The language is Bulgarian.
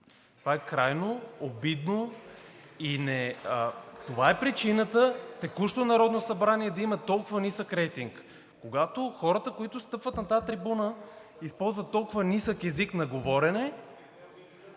Това е крайно обидно. Това е причината текущото Народно събрание да има толкова нисък рейтинг. Когато хората, които стъпват на тази трибуна, използват толкова нисък език на говорене,